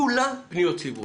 כולה פניות ציבור.